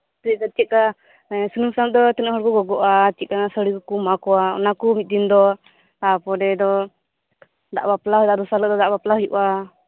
ᱪᱮᱫᱞᱮᱠᱟ ᱥᱩᱱᱩᱢ ᱥᱟᱥᱟᱝ ᱫᱚ ᱛᱤᱱᱟᱹᱜ ᱦᱚᱲᱠᱩ ᱜᱚᱜᱚᱜᱼᱟ ᱪᱮᱫ ᱞᱮᱠᱟᱱᱟᱜ ᱥᱟᱹᱲᱤ ᱠᱩᱠᱩ ᱮᱢᱟᱠᱚᱣᱟ ᱚᱱᱟᱠᱩ ᱢᱤᱫ ᱫᱤᱱᱫᱚ ᱛᱟᱯᱚᱨᱮ ᱫᱚ ᱫᱟᱜ ᱵᱟᱯᱞᱟ ᱛᱟᱨ ᱫᱚᱥᱟᱨ ᱦᱤᱞᱟᱹᱜ ᱫᱚ ᱫᱟᱜᱽ ᱵᱟᱯᱞᱟ ᱦᱩᱭᱩᱜᱼᱟ